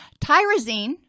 Tyrosine